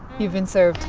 you've been served.